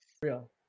Real